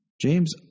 James